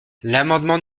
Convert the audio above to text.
l’amendement